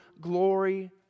glory